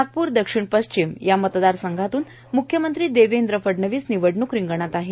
नागप्र दक्षिण पश्चिम या मतदारसंघातून मुख्यमंत्री देवेंद्र फडणवीस निवडणूक रिंगणात आहेत